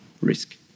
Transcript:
risk